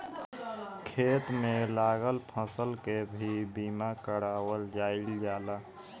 खेत में लागल फसल के भी बीमा कारावल जाईल जाला